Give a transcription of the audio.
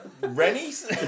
rennies